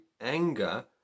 anger